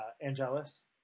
Angelus